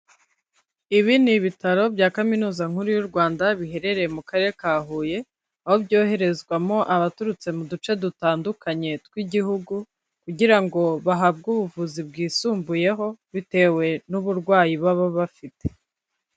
Ibi ni ibitaro bya Kaminuza nkuru y'u Rwanda biherereye mu Karere ka Huye, aho byoherezwamo abaturutse mu duce dutandukanye tw'Igihugu kugira ngo bahabwe ubuvuzi bwisumbuyeho, bitewe n'uburwayi baba bafite.